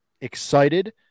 excited